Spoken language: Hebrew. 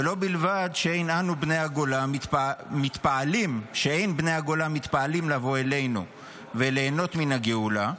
ולא בלבד שאין בני הגולה מתפעלים לבוא אלינו וליהנות מן הגאולה,